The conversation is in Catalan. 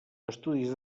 estudis